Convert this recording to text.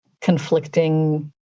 conflicting